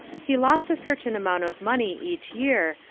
he lost a certain amount of money each year,